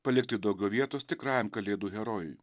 palikti daugiau vietos tikrajam kalėdų herojui